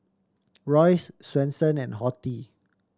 Royce Swensen and Horti